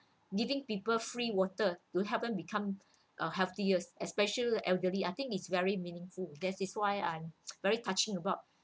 giving people free water to help them become a healthier especially the elderly I think is very meaningful this is why I'm very touching about